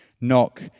Knock